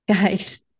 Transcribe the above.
Guys